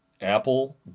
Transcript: Apple